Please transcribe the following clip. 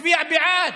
תצביע בעד.